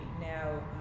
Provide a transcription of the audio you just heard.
Now